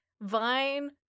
Vine